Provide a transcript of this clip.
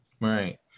Right